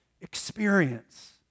experience